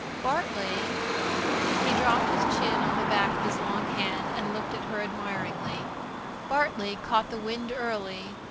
bartley he dropped his chin on the back of his long hand and looked at her admiringly bartley caught the wind early,